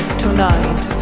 tonight